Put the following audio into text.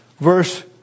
verse